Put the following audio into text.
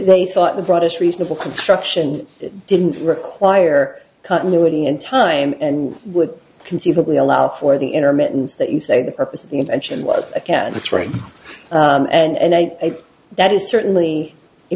they thought the broadest reasonable construction didn't require continuity and time and would conceivably allow for the intermittent that you say the purpose of the invention was against right and i think that is certainly